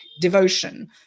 devotion